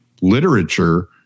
literature